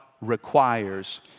requires